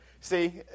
See